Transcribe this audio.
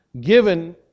Given